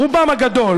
רובם הגדול,